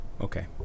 Okay